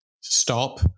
stop